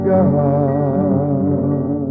God